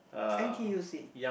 N_T_U_C